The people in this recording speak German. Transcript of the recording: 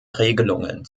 regelungen